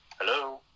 Hello